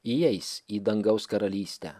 įeis į dangaus karalystę